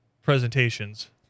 Presentations